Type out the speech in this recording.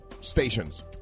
stations